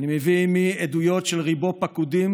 אני מביא עימי עדויות של ריבוא פקודים,